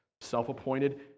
self-appointed